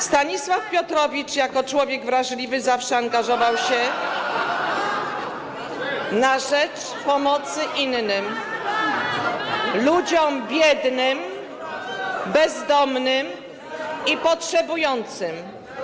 Stanisław Piotrowicz jako człowiek wrażliwy [[Wesołość na sali]] zawsze angażował się na rzecz pomocy innym, ludziom biednym, bezdomnym i potrzebującym.